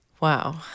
Wow